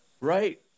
Right